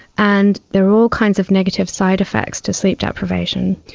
and there are all kinds of negative side effects to sleep deprivation.